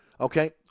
okay